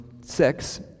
six